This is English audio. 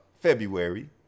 February